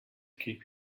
keep